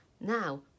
Now